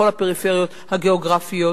בכל הפריפריות הגיאוגרפיות: